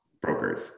brokers